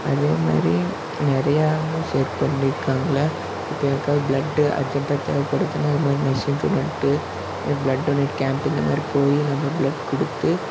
அதே மாதிரி நிறையமும் செக் பண்ணியிருக்காங்கள இப்போ யாருக்காவது ப்ளட்டு அர்ஜென்ட்டாக தேவைப்படுதுன்னு அது மாதிரி நர்ஸிங் ஸ்டூடெண்ட்டு இது மாதிரி ப்ளட் டொனேட் கேம்ப்பு இந்த மாதிரி போய் நம்ம ப்ளட் கொடுத்து